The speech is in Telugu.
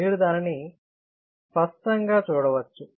మీరు దానిని స్పష్టంగా చూడవచ్చు